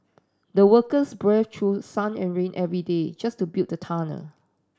the workers brave through sun and rain every day just to build the tunnel